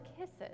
kisses